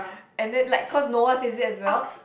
and then like cause no one says it as well